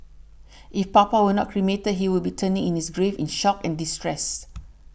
if Papa were not cremated he would be turning in his grave in shock and distress